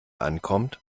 ankommt